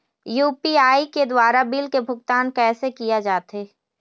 UPI के द्वारा bill के भुगतान कैसे किया जाथे?